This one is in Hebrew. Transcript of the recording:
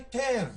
היטב